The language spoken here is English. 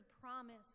promise